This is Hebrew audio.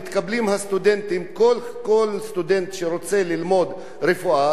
כל סטודנט שרוצה ללמוד רפואה מתקבל לשנה ראשונה.